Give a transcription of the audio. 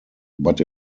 but